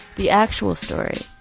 the actual story,